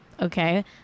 Okay